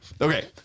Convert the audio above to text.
Okay